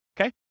Okay